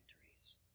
victories